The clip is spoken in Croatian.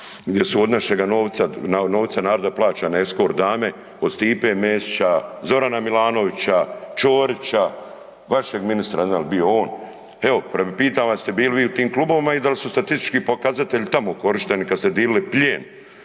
gdje su od našega novca, novca naroda plaćane eskort dame od Stipe Mesića, Zorana Milanovića, Ćorića, vašeg ministra ne znam jel bio on. Evo pitam vas jeste li vi bili u tim klubovima i da li su statistički pokazatelji tamo korišteni kada ste dilili plijen